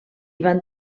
van